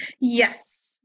Yes